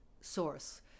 source